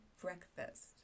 breakfast